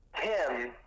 Tim